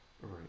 right